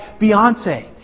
Beyonce